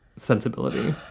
sensibility